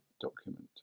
document